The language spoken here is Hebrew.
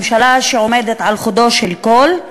ממשלה שעומדת על חודו של קול,